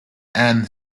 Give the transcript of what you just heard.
ann